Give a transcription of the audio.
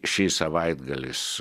šį savaitgalis